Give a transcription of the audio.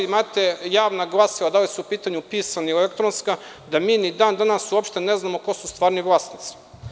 Imate javna glasila, da li su u pitanju pisana ili elektronska, a da mi ni dan danas uopšte ne znamo ko su stvarni vlasnici.